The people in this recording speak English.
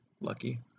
lucky